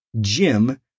Jim